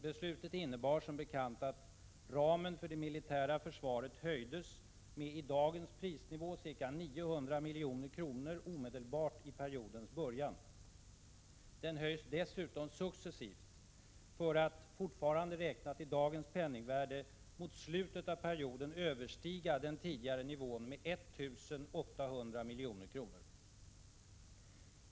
Beslutet innebar som bekant att ramen för det militära försvaret höjdes med i dagens prisnivå ca 900 milj.kr. omedelbart i periodens början. Den höjs dessutom successivt för att, fortfarande räknat i dagens penningvärde, mot slutet av perioden överstiga den tidigare nivån med 1 800 milj.kr.